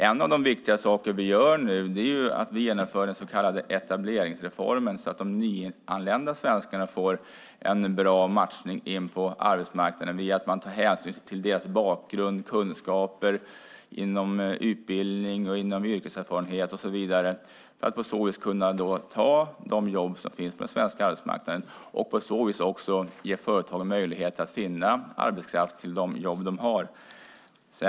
En av de viktiga saker som vi genomför nu är den så kallade etableringsreformen så att nyanlända svenskar får en bra matchning in på arbetsmarknaden genom att hänsyn tas till deras bakgrund, till deras kunskaper och utbildning, till yrkeserfarenhet och så vidare för att de ska kunna ta de jobb som finns på den svenska arbetsmarknaden. På så vis får också företagen möjligheter att finna arbetskraft till de jobb som företagen har.